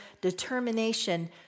determination